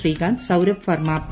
Srikanth Saurabh Varma P